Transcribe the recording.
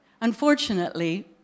unfortunately